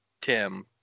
Tim